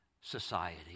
society